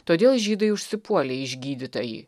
todėl žydai užsipuolė išgydytąjį